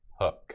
Hook